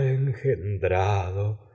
engendrado